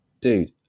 Dude